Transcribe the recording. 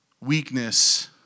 weakness